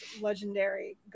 Legendary